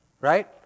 Right